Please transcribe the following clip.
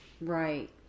Right